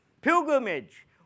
pilgrimage